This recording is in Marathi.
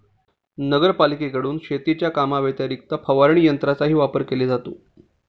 नगरपालिकेकडून शेतीच्या कामाव्यतिरिक्त फवारणी यंत्राचाही वापर केला जातो